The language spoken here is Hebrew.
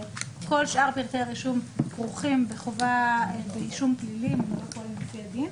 הרי כל שאר פרטי הרישום כרוכים באישום פלילי לפי הדין